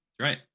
Right